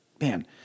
Man